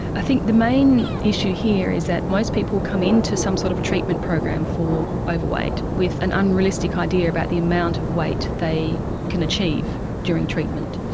i think the main issue here is that most people come into some sort of treatment program for overweight with an unrealistic idea about the amount of weight they can achieve during treatment.